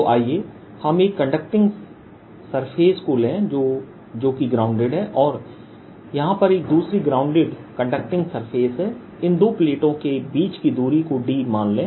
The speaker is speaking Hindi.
तो आइए हम एक कंडक्टिंग सरफेस को लें जोकि ग्राउंडेड है और यहां पर एक दूसरी ग्राउंडेड कंडक्टिंग सरफेस है इन दो प्लेटों के बीच की दूरी को d मान लें